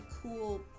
cool